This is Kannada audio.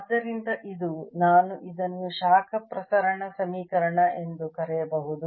ಆದ್ದರಿಂದ ಇದು ನಾನು ಇದನ್ನು ಶಾಖ ಪ್ರಸರಣ ಸಮೀಕರಣ ಎಂದು ಕರೆಯಬಹುದು